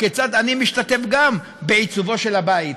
כיצד גם אני משתתף בעיצובו של הבית?